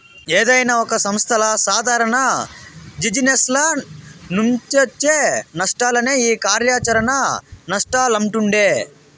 ఏదైనా ఒక సంస్థల సాదారణ జిజినెస్ల నుంచొచ్చే నష్టాలనే ఈ కార్యాచరణ నష్టాలంటుండె